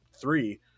three